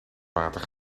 water